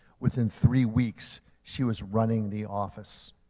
within three weeks, she was running the office.